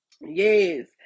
Yes